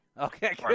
Okay